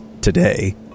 today